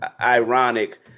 ironic